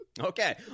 okay